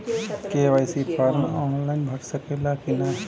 KYC form online भरा सकला की ना?